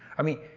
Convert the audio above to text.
i mean,